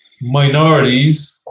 minorities